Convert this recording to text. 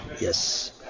Yes